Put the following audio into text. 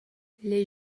les